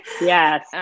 yes